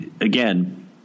again